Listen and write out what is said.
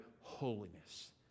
holiness